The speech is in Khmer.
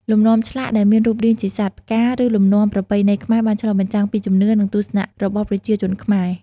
លំនាំឆ្លាក់ដែលមានរូបរាងជាសត្វ ផ្កា ឬលំនាំប្រពៃណីខ្មែរបានឆ្លុះបញ្ចាំងពីជំនឿ និងទស្សនៈរបស់ប្រជាជនខ្មែរ។